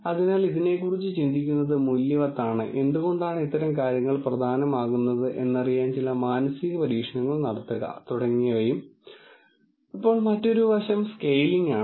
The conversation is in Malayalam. അതിനാൽ ഇതിനെക്കുറിച്ച് ചിന്തിക്കുന്നത് മൂല്യവത്താണ് എന്തുകൊണ്ടാണ് ഇത്തരം കാര്യങ്ങൾ പ്രധാനമാകുന്നത് എന്നറിയാൻ ചില മാനസിക പരീക്ഷണങ്ങൾ നടത്തുക തുടങ്ങിയവയും ഇപ്പോൾ മറ്റൊരു വശം സ്കെയിലിംഗ് ആണ്